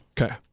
Okay